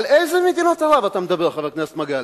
על איזה מדינות ערב אתה מדבר, חבר הכנסת מגלי?